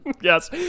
Yes